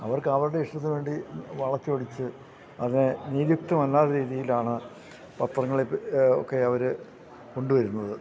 അവർക്ക് അവരുടെ ഇഷ്ടത്തിനുവേണ്ടി വളച്ചൊടിച്ച് അതിനെ നീതിയുക്തമല്ലാത്ത രീതിയിലാണ് പത്രങ്ങളില് ഒക്കെ അവര് കൊണ്ടുവരുന്നത്